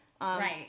Right